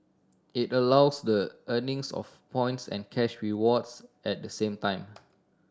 it allows the earnings of points and cash rewards at the same time